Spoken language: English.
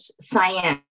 science